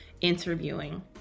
interviewing